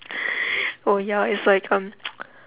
oh ya it's like um